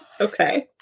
Okay